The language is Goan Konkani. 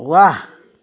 वा